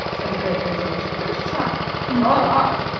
said the grateful george. give it a trial. not arf!